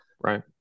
right